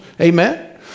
Amen